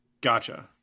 Gotcha